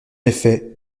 effet